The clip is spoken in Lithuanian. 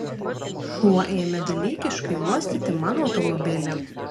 šuo ėmė dalykiškai uostyti mano automobilį